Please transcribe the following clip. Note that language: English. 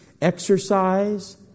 Exercise